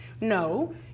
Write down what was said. No